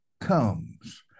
comes